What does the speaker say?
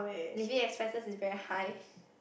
living expenses is very high